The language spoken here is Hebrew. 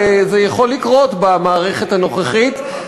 זה יכול לקרות במערכת הנוכחית.